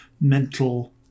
mental